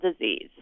disease